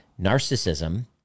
narcissism